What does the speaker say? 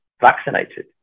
vaccinated